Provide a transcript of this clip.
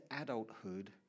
adulthood